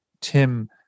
Tim